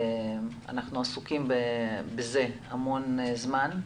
אנחנו עוסקים בו המון זמן.